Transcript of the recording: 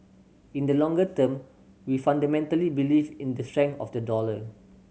in the longer term we fundamentally believe in the strength of the dollar